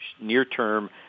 near-term